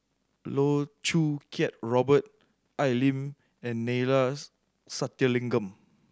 Loh Choo Kiat Robert Al Lim and Neila Sathyalingam